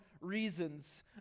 reasons